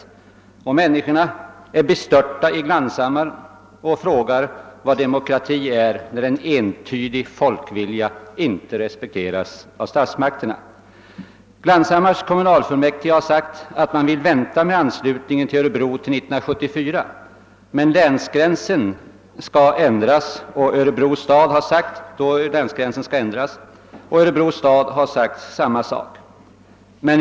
Invånarna i Glanshammar är bestörta och frågar vilken demokrati som finns, när en entydig folkvilja inte respekteras av statsmakterna. Glanshammars kommunalfullmäktige har uttalat att man vill vänta med anslutningen till Örebro till 1974, då länsgränsen skall ändras, och Örebro stad har uttryckt samma mening.